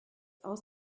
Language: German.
aus